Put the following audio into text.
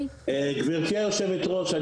גברתי יושבת הראש,